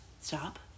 Stop